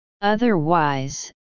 Otherwise